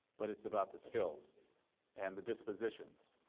but it's about the skills and the dispositions,